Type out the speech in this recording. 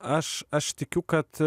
aš aš tikiu kad